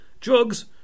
drugs